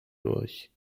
durch